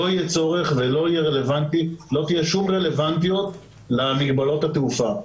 לא יהיה צורך ולא תהיה שום רלוונטיות למגבלות התעופה.